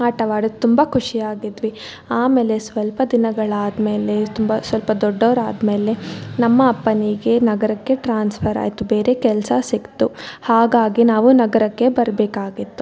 ಆಟವಾಡಿ ತುಂಬ ಖುಷಿಯಾಗಿದ್ವಿ ಆಮೇಲೆ ಸ್ವಲ್ಪ ದಿನಗಳಾದಮೇಲೆ ತುಂಬ ಸ್ವಲ್ಪ ದೊಡ್ಡವರಾದಮೇಲೆ ನಮ್ಮ ಅಪ್ಪನಿಗೆ ನಗರಕ್ಕೆ ಟ್ರಾನ್ಸ್ಫರ್ ಆಯಿತು ಬೇರೆ ಕೆಲಸ ಸಿಗ್ತು ಹಾಗಾಗಿ ನಾವು ನಗರಕ್ಕೆ ಬರಬೇಕಾಗಿತ್ತು